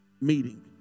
meeting